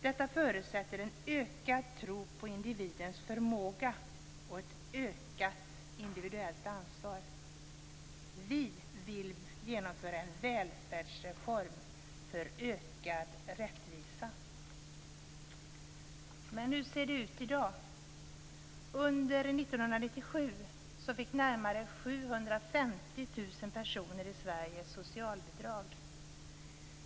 Detta förutsätter en ökad tro på individens förmåga och ett ökat individuellt ansvar. Vi vill genomföra en välfärdsreform för ökad rättvisa. Men hur ser det ut i dag? Under 1997 fick närmare 750 000 personer i Sverige socialbidrag.